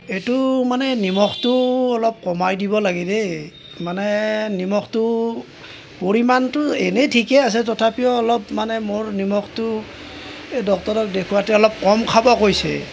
এইটো মানে নিমখটো অলপ কমাই দিব লাগে দেই মানে নিমখটো পৰিমাণটো এনেই ঠিকে আছে তথাপিও অলপ মানে মোৰ নিমখটো ডক্টৰক দেখোৱাতে অলপ কম খাব কৈছে